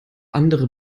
andere